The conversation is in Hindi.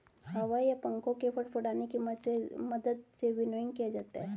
हवा या पंखों के फड़फड़ाने की मदद से विनोइंग किया जाता है